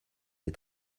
les